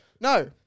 No